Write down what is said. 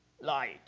light